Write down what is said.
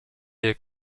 der